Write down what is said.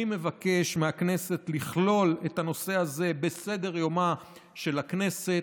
אני מבקש מהכנסת לכלול את הנושא הזה בסדר יומה של הכנסת,